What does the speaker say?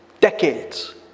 Decades